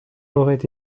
aurait